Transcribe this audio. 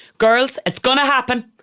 girls. it's gonna happen.